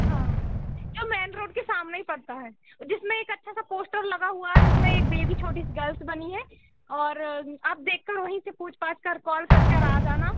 हाँ यह main road के सामने ही पड़ता है जिसमें एक अच्छा सा पोस्टर लगा हुआ है जिसमें एक बेबी छोटी सी गर्ल्स बनी है और आप देखकर वहीं से पूछ पाछ कर कॉल करके आ जाना